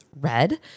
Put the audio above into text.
red